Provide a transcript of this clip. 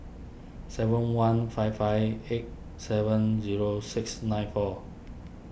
seven one five five eight seven zero six nine four